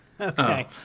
Okay